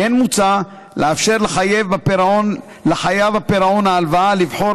כמו כן מוצע לאפשר לחייב בפירעון ההלוואה לבחור